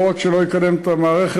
לא רק שלא יקדם את המערכת,